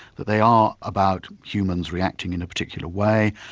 that they are about humans reacting in a particular way.